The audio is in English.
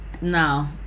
no